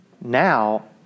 Now